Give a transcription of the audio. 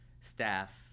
staff